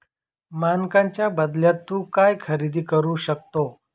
मानकांच्या बदल्यात तू काय खरेदी करू शकतो?